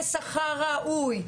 בשכר ראוי,